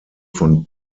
von